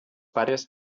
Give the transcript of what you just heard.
pares